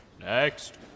Next